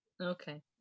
Okay